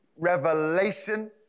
revelation